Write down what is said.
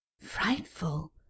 Frightful